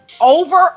over